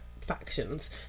factions